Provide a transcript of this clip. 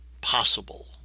possible